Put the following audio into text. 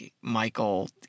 Michael